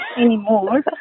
anymore